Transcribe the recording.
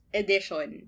edition